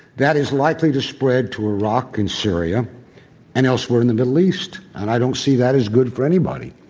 that is likely to spread to iraq and syria and elsewhere in the middle east, and i don't see that is good for anybody.